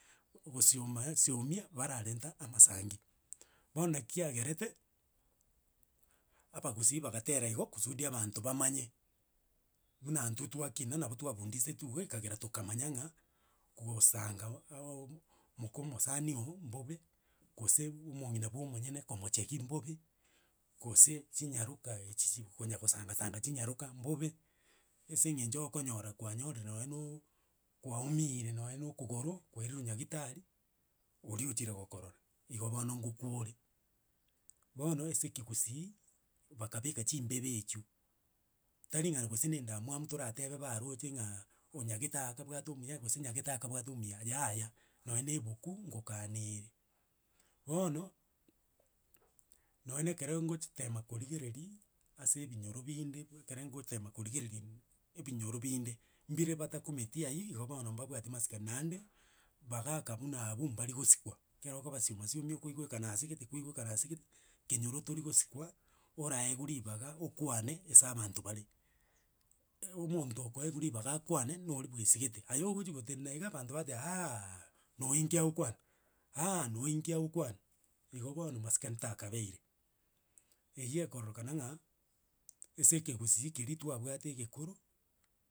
Ogosioma somia bararenta amasangi, bono naki kiagerete abagusii bagatera igo, kusudi abanto bamanye, buna intwe twakina, nabo twabundisetwe iga ekagera tokamanya ng'a gosanga auum moko omosani ogo, mbobe, gose omong'ina bwa omonyene komochegi mbobe, gose chinyaroka echi chiko- konyagosangasanga chinyaroka mbobe, ase eng'encho okonyora kwanyorire nonye no kwaumiire nonye na okogoro kwairirwe nyagitari, oria ochire gokorora, igo bono ngokwore. Bono ase ekegusii, bakabeka chimbebe echio tari ng'a gose na endamwamu toratebe baaroche ng'a onyagete aakabwate omuya gose nyagete akabwate omuya yaya, nonye na ebuku ngokana ere. Bono, nonya na ekero ngochi tema korigereria, ase ebinyoro binde ekere ngotema korigereria ebinyoro binde, mbire batakumeti aywo igo bono mbabwati masikani. Naende, bagaka buna abwo mbarigosikwa, ekero okoba sioma siomi okoigweka na asegete kwaigekwa na asegete, kenyoro tori gosikwa, oraewa ribaga okwane ase abanto bare. E- omonto okoewa ribaga akwane noori bwesigete aye ogochi gotenena iga, banto bateba aaaa na oyi ninki agokwana, aaa na oyi ninki agokwana, igo bono masikani takabeire, eywo ekororekana ng'a ase ekegusii keria twabwate egekoro.